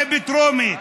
זה בטרומית.